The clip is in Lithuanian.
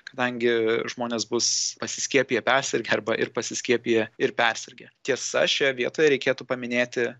kadangi žmonės bus pasiskiepiję persirgę arba ir pasiskiepiję ir persirgę tiesa šioje vietoje reikėtų paminėti